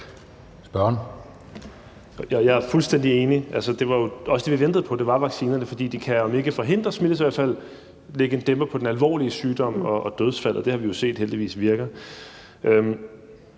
Lindgreen (RV): Jeg er fuldstændig enig, og det var også det, vi ventede på, vaccinerne, for de kan om ikke forhindre smitte så i hvert fald lægge en dæmper på den alvorlige sygdom og på dødsfald, og vi har jo set, at det heldigvis virker.